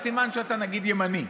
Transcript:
אז סימן שאתה נגיד ימני,